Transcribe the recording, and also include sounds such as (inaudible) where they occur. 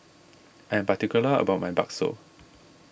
(noise) I am particular about my Bakso